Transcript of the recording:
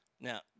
Now